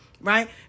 Right